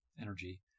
energy